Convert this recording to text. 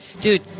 dude